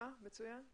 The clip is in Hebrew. מצוין.